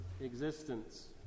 existence